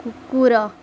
କୁକୁର